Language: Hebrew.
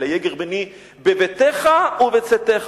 אלא: היה גרמני בביתך ובצאתך.